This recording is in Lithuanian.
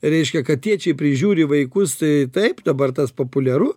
reiškia kad tėčiai prižiūri vaikus tai taip dabar tas populiaru